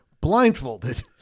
blindfolded